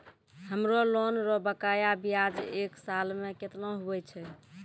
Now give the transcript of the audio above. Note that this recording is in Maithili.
हमरो लोन रो बकाया ब्याज एक साल मे केतना हुवै छै?